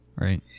right